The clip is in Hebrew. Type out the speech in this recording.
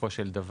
בסופו של דבר,